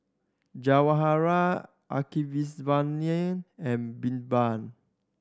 Jawaharlal and Birbal